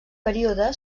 període